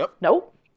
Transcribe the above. nope